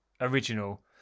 original